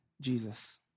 Jesus